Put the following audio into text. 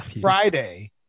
Friday